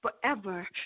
forever